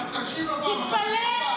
תקשיב --- תתפלא,